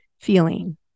feeling